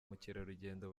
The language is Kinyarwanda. mukerarugendo